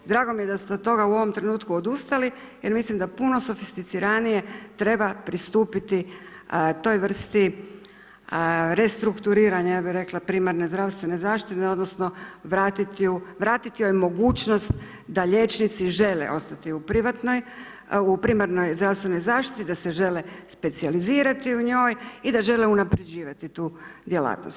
Drago mi je da ste od toga u ovom trenutku odustali jer mislim da puno sofisticiranije treba pristupiti toj vrsti restrukturiranja, ja bi rekla primarne zdravstvene zaštite odnosno vratiti joj mogućnost da liječnici žele ostati u privatnoj, u primarnoj zdravstvenoj zaštiti, da se žele specijalizirati u njoj i da žele unaprjeđivati tu djelatnost.